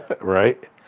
right